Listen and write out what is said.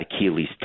Achilles